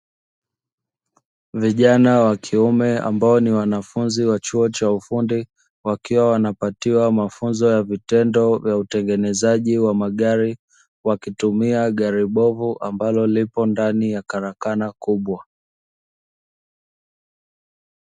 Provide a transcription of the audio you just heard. Vijana wa kiume ambao ni wanafunzi wa chuo cha ufundi, wakiwa wanapatiwa mafunzo ya vitendo vya utengenezaji wa magari wakitumia gari bovu ambalo lipo ndani ya karakana kubwa.